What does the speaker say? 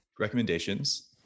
recommendations